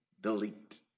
delete